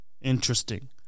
Interesting